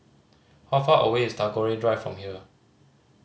how far away is Tagore Drive from here